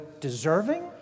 deserving